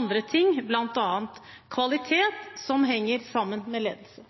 andre ting, bl.a. kvalitet, som henger sammen med ledelse.